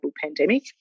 pandemic